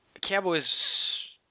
Cowboys